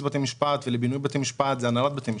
בתי משפט ולבינוי בתי משפט זה הנהלת בתי משפט.